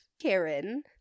Karen